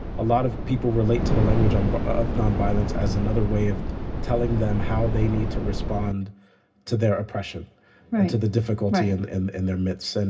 a lot of people relate to the language um but of nonviolence as another way of telling them how they need to respond to their oppression and to the difficulty and and in their midst. and